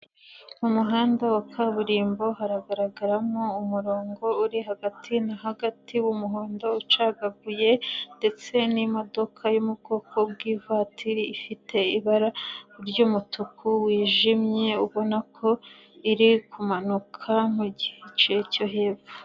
Mu umuhanda wa kaburimbo haragaragaramo umurongo uri hagati na hagati w'umuhondo ucagaguye ndetse n'imodoka yo mu bwoko bw'ivatiri ifite ibara ry'umutuku wijimye, ubona ko iri kumanuka mu gice cyo hepfo.